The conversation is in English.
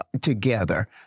together